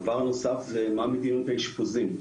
הדבר הנוסף זה מה מדיניות האשפוזים?